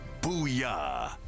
Booyah